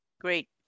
Great